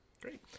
Great